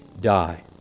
die